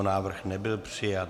Návrh nebyl přijat.